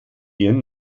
ihren